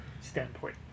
standpoint